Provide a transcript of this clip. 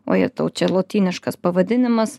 o jetau čia lotyniškas pavadinimas